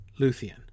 Luthien